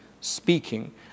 speaking